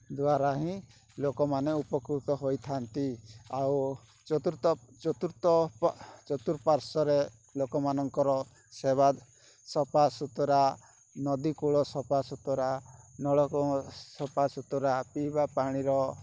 ଦ୍ଵାରା ହିଁ ଲୋକମାନେ ଉପକୃତ ହୋଇଥାନ୍ତି ଆଉ ଚତୁର୍ତ ଚତୁର୍ତ ଚତୁଃପାର୍ଶ୍ଵରେ ଲୋକ ମାନଙ୍କର ସେବା ସଫା ସୁତୁରା ନଦୀ କୂଳ ସଫା ସୁତୁରା ନଳ କୂପ ସଫା ସୁତୁରା ପିଇବା ପାଣିର